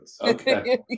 okay